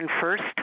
first